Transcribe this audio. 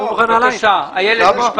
הממשלה.